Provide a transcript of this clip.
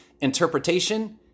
Interpretation